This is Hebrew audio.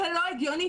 זה לא הגיוני.